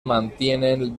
mantienen